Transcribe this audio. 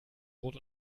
brot